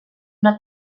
una